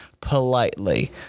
politely